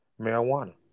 marijuana